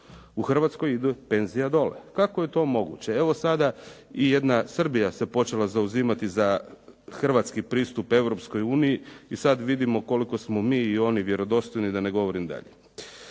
U Hrvatskoj ide penzija dole. Kako je to moguće? Evo sada i jedna Srbija se počela zauzimati za hrvatski pristup Europskoj uniji i sad vidimo koliko smo mi i oni vjerodostojni da ne govorim dalje.